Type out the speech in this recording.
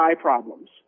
problems